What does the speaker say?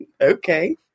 okay